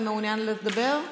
מעוניין לדבר?